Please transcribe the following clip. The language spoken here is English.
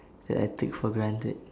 that I take for granted